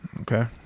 Okay